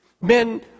men